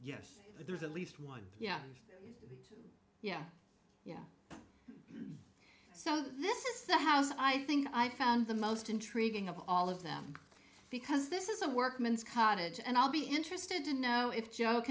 there's at least one yeah yeah yeah so this is the house i think i found the most intriguing of all of them because this is a workman's cottage and i'll be interested to know if